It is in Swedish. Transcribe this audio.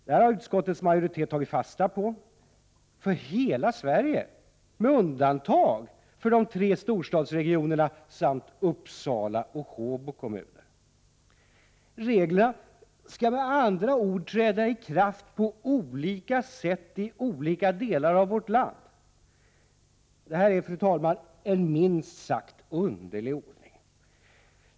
Detta har utskottets majoritet tagit fasta på — för hela Sverige med undantag för de tre storstadsregionerna samt Uppsala och Håbo kommuner. Reglerna skall med andra ord träda i kraft på olika sätt i olika delar av vårt land. Detta är, fru talman, en minst sagt underlig ordning.